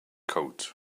coat